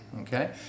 Okay